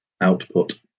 output